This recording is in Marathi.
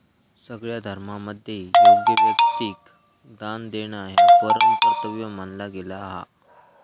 सगळ्या धर्मांमध्ये योग्य व्यक्तिक दान देणा ह्या परम कर्तव्य मानला गेला हा